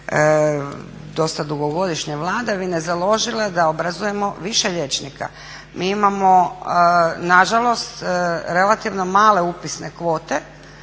dosta dugogodišnje vladavine založila da obrazujemo više liječnika? Mi imamo nažalost relativno male upisne kvote